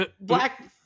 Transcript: black